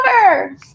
cover